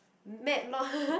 matt lor